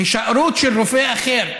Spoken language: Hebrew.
הישארות של רופא אחר,